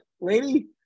lady